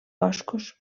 boscos